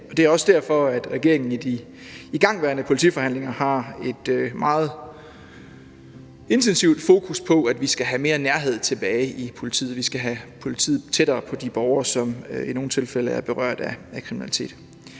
Det er også derfor, regeringen i de igangværende politiforhandlinger har et meget intensivt fokus på, at vi skal have mere nærhed tilbage i politiet. Vi skal have politiet tættere på de borgere, som i nogle tilfælde er berørt af kriminalitet.